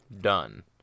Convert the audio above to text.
Done